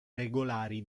regolari